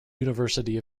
university